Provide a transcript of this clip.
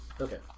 Okay